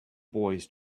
boys